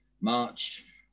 March